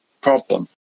problem